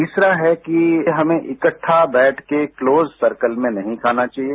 तीसरा है कि हमें इकट्टा बैठकर क्लोज सर्कल में नहीं खाना चाहिए